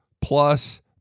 plus